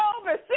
over